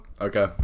Okay